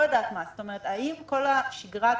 האם כל שגרת